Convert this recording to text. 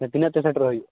ᱛᱤᱱᱟᱹᱜ ᱛᱮ ᱥᱮᱴᱮᱨᱚᱜ ᱦᱩᱭᱩᱜᱼᱟ